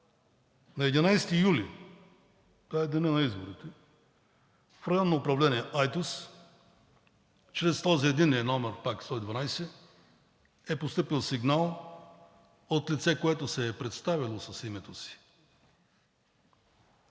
на 11 юли, това е денят на изборите, в Районно управление – Айтос, чрез този, единният номер пак, 112, е постъпил сигнал от лице, което се е представило с името си,